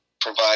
provide